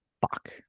Fuck